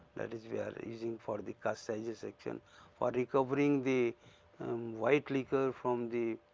that is we are using for the causticises action for recovering the white liquor from the,